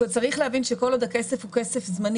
צריך להבין שכל עוד הכסף הוא כסף זמני